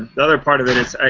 another part of it is,